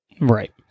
Right